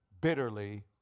bitterly